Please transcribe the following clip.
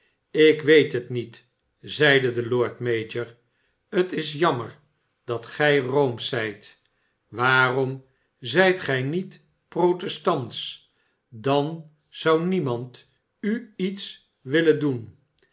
ik weet het niet zeide de lord mayor tls jammer dat gij roomschzijt waarom zijt gij niet protestantsch dan zou niemand u iets willen loen